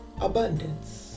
abundance